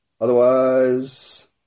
Otherwise